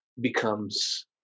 becomes